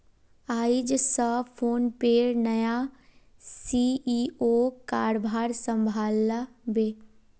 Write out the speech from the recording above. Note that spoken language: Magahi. आइज स फोनपेर नया सी.ई.ओ कारभार संभला बे